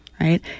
right